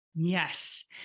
Yes